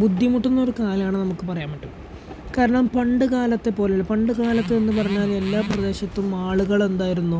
ബുദ്ധിമുട്ടുന്ന ഒരു കാലമാണ് നമുക്ക് പറയാൻ പറ്റും കാരണം പണ്ട് കാലത്തെപ്പോലുള്ള പണ്ട് കാലത്ത് എന്നു പറഞ്ഞാൽ എല്ലാ പ്രദേശത്തും ആളുകളെന്തായിരുന്നു